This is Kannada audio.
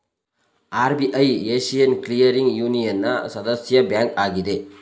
ಆರ್.ಬಿ.ಐ ಏಶಿಯನ್ ಕ್ಲಿಯರಿಂಗ್ ಯೂನಿಯನ್ನ ಸದಸ್ಯ ಬ್ಯಾಂಕ್ ಆಗಿದೆ